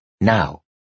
now